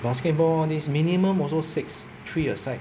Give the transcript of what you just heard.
basketball is minimum also six three a side